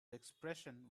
expression